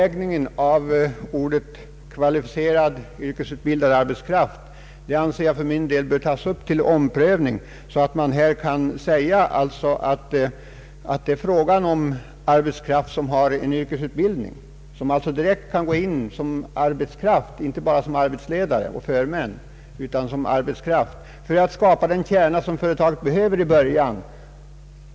Tolkningen av uttrycket ”kvalificerad yrkesutbildad arbetskraft” anser jag för min del bör tas under omprövning, så att man kan tilllämpa bestämmelsen på det sättet att den får anses gälla arbetskraft som har en yrkesutbildning, alltså människor som direkt kan gå in som arbetskraft, inte bara som arbetsledare och förmän, för att bilda den kärna som företaget behöver i början.